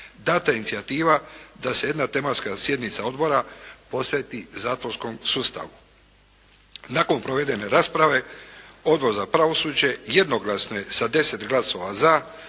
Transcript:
dana inicijativa da se jedna tematska sjednica odbora posveti zatvorskom sustavu. Nakon provedene rasprave Odbor za pravosuđe jednoglasno je sa 10 glasova za